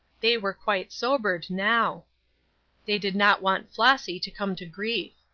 they were quite sobered now they did not want flossy to come to grief.